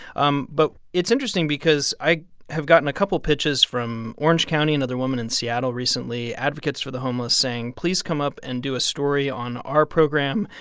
um but it's interesting because i have gotten a couple of pitches from orange county, another woman in seattle recently advocates for the homeless saying please, come up and do a story on our program,